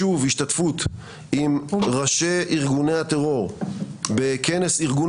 שוב השתתפות עם ראשי ארגוני הטרור בכנס ארגון